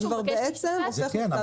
זה כבר בעצם הופך לכתב אישום,